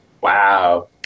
Wow